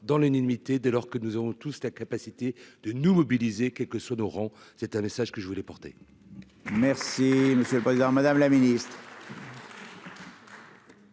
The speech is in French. dans l'unanimité dès lors que nous aurons tous la capacité de nous mobiliser quelques sonore en c'est un message que je voulais porter. Merci, monsieur le Président Madame la Ministre.